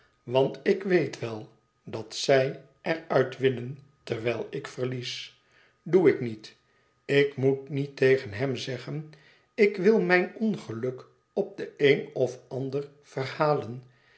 want ik weet wel dat zij er uit winnen terwijl ik verlies doe ik niet ik moet niet tegen hem zeggen ik wil mijn ongeluk op den een of ander verhalen